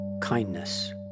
kindness